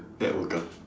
then I woke up